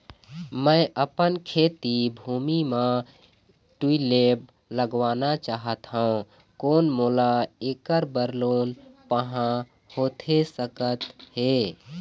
मैं अपन खेती भूमि म ट्यूबवेल लगवाना चाहत हाव, कोन मोला ऐकर बर लोन पाहां होथे सकत हे?